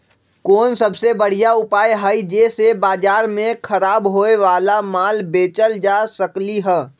कोन सबसे बढ़िया उपाय हई जे से बाजार में खराब होये वाला माल बेचल जा सकली ह?